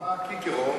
אמר קיקרו,